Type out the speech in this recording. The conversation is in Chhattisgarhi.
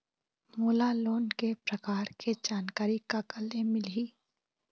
मोला लोन के प्रकार के जानकारी काकर ले मिल ही?